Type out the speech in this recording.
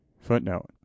footnote